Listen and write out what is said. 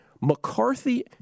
McCarthy